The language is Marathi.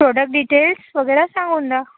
प्रोडक्ट डीटेल्स वगैरे सांगून द्या